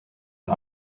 his